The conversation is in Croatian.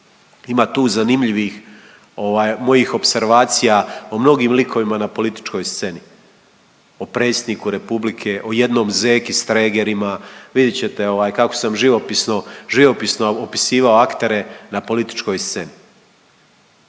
Ima tu zanimljivih ovaj mojih opservacija o mnogim likovima na političkoj sceni, o predsjedniku republike o jednom zeki s tregerima, vidjet ćete ovaj kako sam živopisno, živopisno opisivao aktere na političkoj sceni,